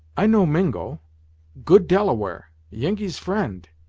i no mingo good delaware yengeese friend.